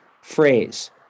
phrase